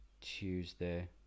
Tuesday